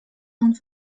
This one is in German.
und